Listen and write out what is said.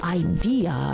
idea